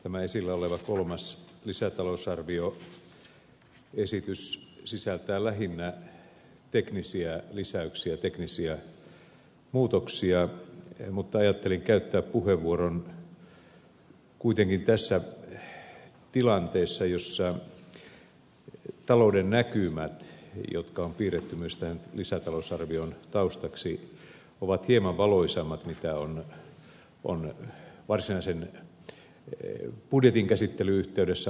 tämä esillä oleva kolmas lisätalousarvioesitys sisältää lähinnä teknisiä lisäyksiä teknisiä muutoksia mutta ajattelin kuitenkin käyttää puheenvuoron tässä tilanteessa jossa talouden näkymät jotka on piirretty myös tähän lisätalousarvion taustaksi ovat hieman valoisammat kuin ne ovat varsinaisen budjetin käsittelyn yhteydessä olleet